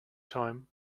time